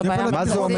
זאת הבעיה המרכזית.